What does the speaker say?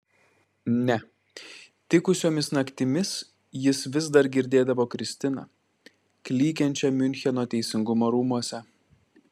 ne tikusiomis naktimis jis vis dar girdėdavo kristiną klykiančią miuncheno teisingumo rūmuose